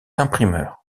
imprimeur